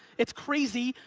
it's crazy,